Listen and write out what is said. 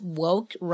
woke